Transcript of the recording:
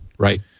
right